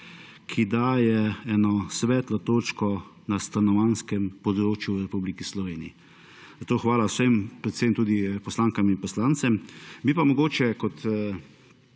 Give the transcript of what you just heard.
ki daje eno svetlo točko na stanovanjskem področju v Republiki Sloveniji. Zato hvala vsem, predvsem tudi poslankam in poslancem. Bi pa mogoče, kot